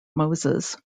moses